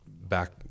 back